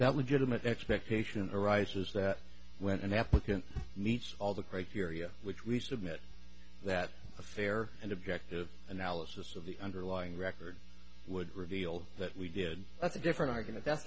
that legitimate expectation arises that when an applicant meets all the criteria which we submit that a fair and objective analysis of the underlying record would reveal that we did that's a different argument that